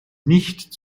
nicht